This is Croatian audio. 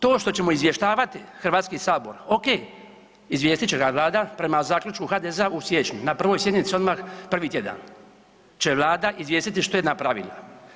To što ćemo izvještavati Hrvatski sabor o.k. izvijestit će ga Vlada prema zaključku HDZ-a u siječnju na prvoj sjednici odmah prvi tjedan će Vlada izvijestiti što je napravila.